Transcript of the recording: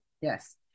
Yes